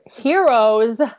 heroes